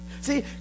See